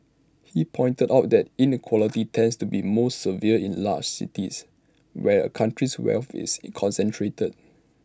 he pointed out that inequality tends to be most severe in large cities where A country's wealth is concentrated